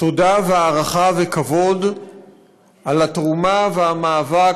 תודה והערכה וכבוד על התרומה והמאבק